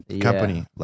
company